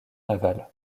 navale